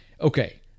Okay